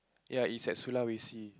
ya it's at Sulawesi